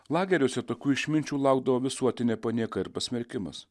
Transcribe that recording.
lageriuose tokių išminčių laukdavo visuotinė panieka ir pasmerkimas